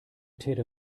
täter